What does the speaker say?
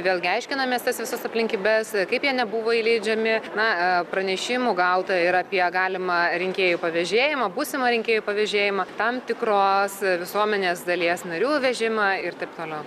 vėlgi aiškinamės tas visas aplinkybes kaip jie nebuvo įleidžiami na pranešimų gauta ir apie galimą rinkėjų pavėžėjimą būsimą rinkėjų pavėžėjimą tam tikros visuomenės dalies narių vežimą ir taip toliau